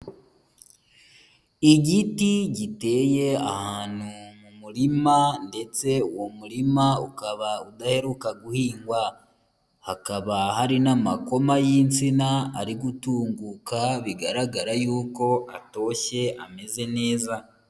Igiti giteye ahantu mu murima, ndetse uwo murima ukaba udaheruka guhingwa. Hakaba hari n'amakoma y'insina ari gutunguka, bigaragara yuko atoshye ameze neza.